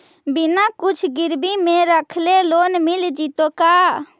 बिना कुछ गिरवी मे रखले लोन मिल जैतै का?